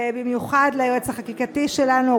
ובמיוחד ליועץ החקיקתי שלנו,